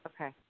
Okay